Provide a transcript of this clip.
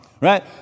Right